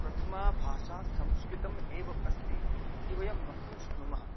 प्रथमा भाषा संस्कृतम् एव अस्ति इति वयं वक्तुं शक्नुमः